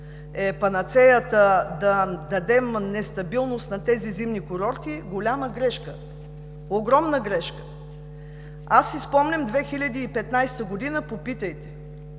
е панацеята да дадем нестабилност на тези зимни курорти, голяма грешка! Огромна грешка! Спомням си 2015 г. Попитайте